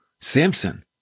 Samson